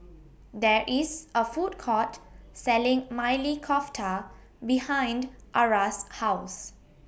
There IS A Food Court Selling Maili Kofta behind Arra's House